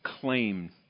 claim